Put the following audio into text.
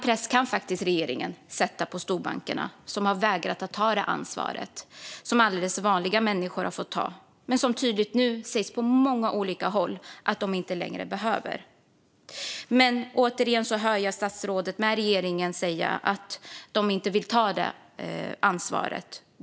Regeringen kan faktiskt sätta press på storbankerna som har vägrat att ta det ansvar som alldeles vanliga människor har fått ta. Men nu sägs det tydligt att bankerna inte behöver ta det. Återigen hör jag statsrådet och regeringen säga att de inte vill ta detta ansvar.